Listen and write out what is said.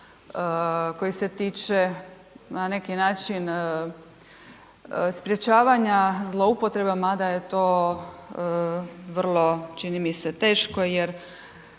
koji se tiče na neki način sprječavanja zloupotrebe, mada je to vrlo čini mi se teško jer